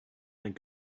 thank